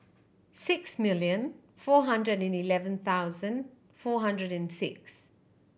six million four hundred and eleven thousand four hundred and six